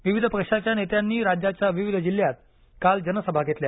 विविध पक्षाच्या नेत्यांनी राज्याच्या विविध जिल्ह्यात आज जनसभा घेतल्या